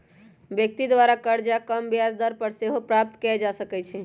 व्यक्ति द्वारा करजा कम ब्याज दर पर सेहो प्राप्त कएल जा सकइ छै